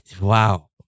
wow